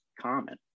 common